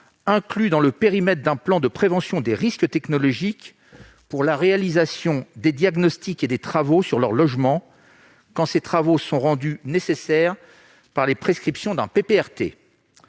inclus dans le périmètre d'un plan de prévention des risques technologiques pour la réalisation des diagnostics et travaux sur leur logement, quand ces travaux sont rendus nécessaires par les prescriptions dudit PPRT.